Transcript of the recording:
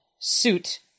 suit